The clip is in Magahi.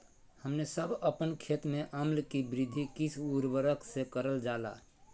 हमने सब अपन खेत में अम्ल कि वृद्धि किस उर्वरक से करलजाला?